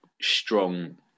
strong